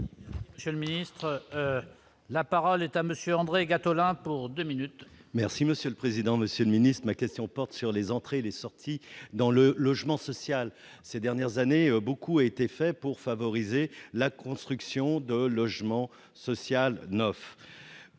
Michel, le ministre, la parole est à Monsieur André Gattolin pour 2 minutes. Merci monsieur le président, Monsieur le Ministre, mais question porte sur les entrées et les sorties dans le logement social ces dernières années, beaucoup a été fait pour favoriser la construction de logement social 9